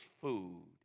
food